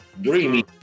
dreamy